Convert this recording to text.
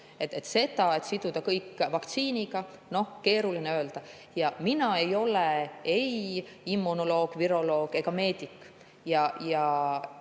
et kõike saab siduda vaktsiiniga, on keeruline öelda. Mina ei ole ei immunoloog, viroloog ega meedik ja